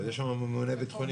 אבל יש שם ממונה ביטחוני.